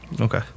Okay